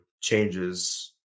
changes